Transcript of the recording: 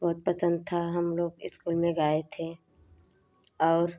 बहुत पसंद था हम लोग स्कूल में गाए थे और